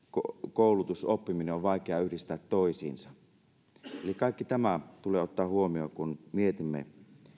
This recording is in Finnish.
koulutus oppiminen on vaikea yhdistää toisiinsa eli kaikki tämä tulee ottaa huomioon kun mietimme